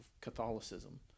Catholicism